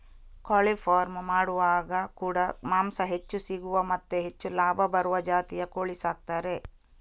ಕೋಳಿ ಫಾರ್ಮ್ ಮಾಡುವಾಗ ಕೂಡಾ ಮಾಂಸ ಹೆಚ್ಚು ಸಿಗುವ ಮತ್ತೆ ಹೆಚ್ಚು ಲಾಭ ಬರುವ ಜಾತಿಯ ಕೋಳಿ ಸಾಕ್ತಾರೆ